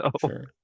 Sure